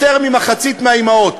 יותר ממחצית מהאימהות,